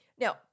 Now